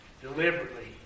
Deliberately